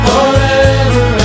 Forever